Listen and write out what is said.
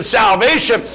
salvation